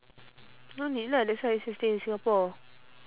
no need lah that's why I said stay in singapore